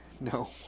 No